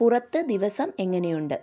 പുറത്ത് ദിവസം എങ്ങനെയുണ്ട്